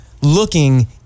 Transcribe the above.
looking